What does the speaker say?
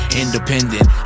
independent